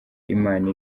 imana